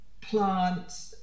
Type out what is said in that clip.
plants